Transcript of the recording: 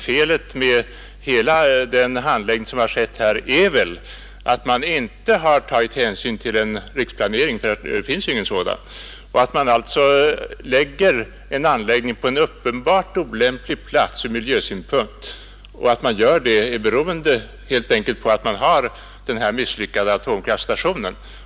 Felet med hela den handläggning som har förekommit är väl att man inte har tagit hänsyn till någon riksplanering, eftersom det ju inte finns någon sådan, Det är därför risk för att man placerar en anläggning på en ur miljösynpunkt uppenbart olämplig plats beroende helt enkelt på att man har den misslyckade atomkraftstationen.